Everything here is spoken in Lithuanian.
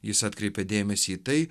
jis atkreipė dėmesį į tai